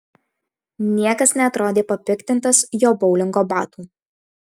niekas neatrodė papiktintas jo boulingo batų